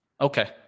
okay